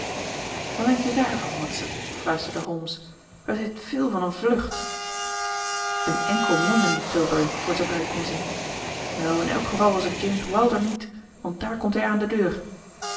wat denk je daarvan watson fluisterde holmes het heeft veel van een vlucht een enkel man in de tilbury voor zoover ik kon zien wel in elk geval was het james wilder niet want daar komt hij aan de deur